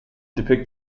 depict